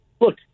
look